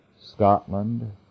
Scotland